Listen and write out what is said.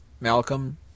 Malcolm